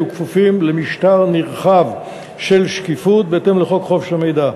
יהיו כפופים למשטר נרחב של שקיפות בהתאם לחוק חופש המידע.